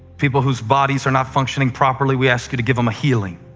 people whose bodies are not functioning properly, we ask you to give them a healing.